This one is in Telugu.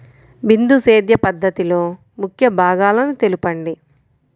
బిందు సేద్య పద్ధతిలో ముఖ్య భాగాలను తెలుపండి?